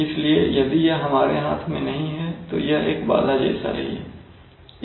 इसलिए यदि यह हमारे हाथ में नहीं है तो यह एक बाधा जैसा ही है